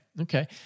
Okay